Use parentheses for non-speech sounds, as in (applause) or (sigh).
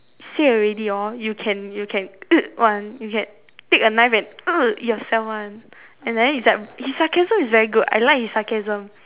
say already hor you can you can (noise) [one] you can take a knife and (noise) yourself [one] and then is like his sarcasm is very good I like his sarcasm